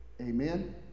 Amen